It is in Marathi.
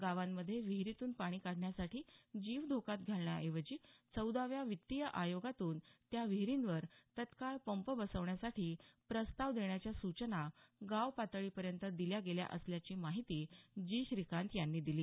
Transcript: गावांमध्ये विहिरीतून पाणी काढण्यासाठी जीव धोक्यात घालण्याऐवजी चौदाव्या वित्तीय आयोगातून त्या विहिरीवर तत्काळ पंप बसवण्यासाठी प्रस्ताव देण्याच्या सूचना गावपातळीपर्यंत दिल्या गेल्या असल्याची माहिती जी श्रीकांत यांनी दिली